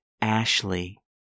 Ashley